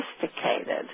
sophisticated